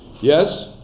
Yes